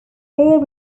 bare